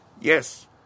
Yes